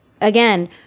again